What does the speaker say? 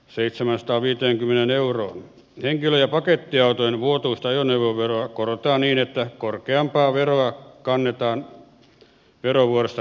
seitsemäänsataanviiteenkymmeneen euroa henkilö ja pakettiautojen vuotuista ajoneuvoveroa korotetaan niin että korkeampaa veroa kannetaan verovuodesta